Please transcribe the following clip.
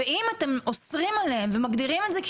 ואם אתם אוסרים עליהם ומגדירים את זה כהימור,